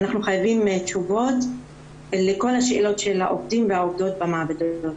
אנחנו חייבים תשובות לכל השאלות של העובדים והעובדות במעבדות.